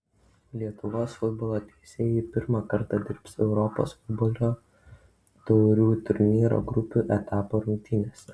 lietuvos futbolo teisėjai pirmą kartą dirbs europos futbolo taurių turnyro grupių etapo rungtynėse